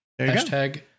Hashtag